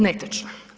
Netočno.